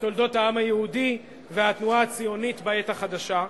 בתולדות העם היהודי והתנועה הציונית בעת החדשה.